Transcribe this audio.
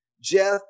Jeff